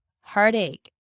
heartache